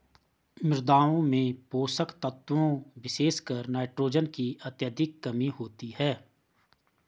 मृदाओं में पोषक तत्वों विशेषकर नाइट्रोजन की अत्यधिक कमी होती है